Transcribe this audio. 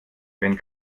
wenn